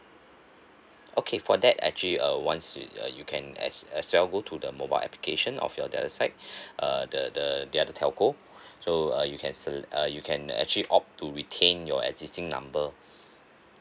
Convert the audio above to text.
okay for that actually uh once you uh you can as as well go to the mobile application of your the other side uh the the the other telco so uh you can se~(uh) you can actually opt to retain your existing number